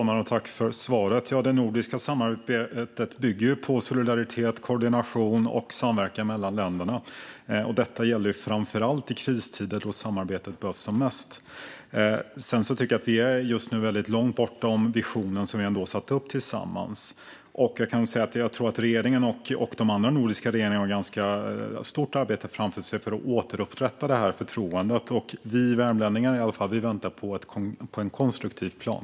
Fru talman! Det nordiska samarbetet bygger på solidaritet, koordination och samverkan mellan länderna. Detta gäller framför allt i kristider, då samarbetet behövs som mest. Jag tycker att vi just nu är väldigt långt från den vision vi har satt upp tillsammans. Jag tror att regeringen och de andra nordiska regeringarna har ett ganska stort arbete framför sig när det gäller att återupprätta förtroendet. Vi värmlänningar väntar i alla fall på en konstruktiv plan.